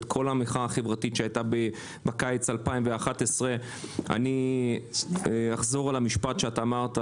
המחאה שהייתה בקיץ 2011. אחזור על המשפט שאמרת,